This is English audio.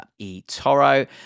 eToro